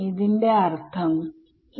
എങ്കിൽ എന്ത് സംഭവിക്കും